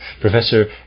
Professor